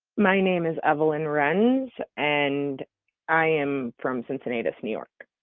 my name is evelyn wrens and i am from cincinnatus, new york.